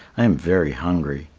i am very hungry.